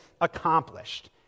accomplished